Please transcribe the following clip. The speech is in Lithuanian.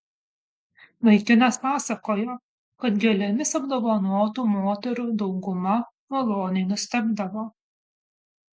vaikinas pasakojo kad gėlėmis apdovanotų moterų dauguma maloniai nustebdavo